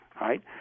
right